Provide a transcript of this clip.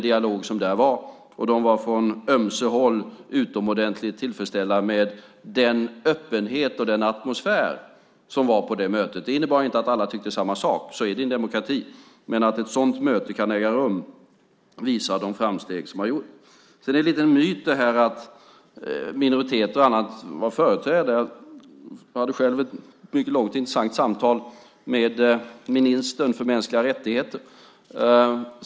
De var från ömse håll utomordentligt tillfredsställda med öppenheten och atmosfären på mötet. Det innebar inte att alla tyckte samma sak - så är det i en demokrati - men att ett sådant möte kunde äga rum visar de framsteg som har gjorts. Det är en myt att minoriteter och annat inte var företrädda. Jag hade själv ett långt och intressant samtal med ministern för mänskliga rättigheter.